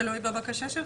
תלוי בבקשה שלך.